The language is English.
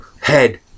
head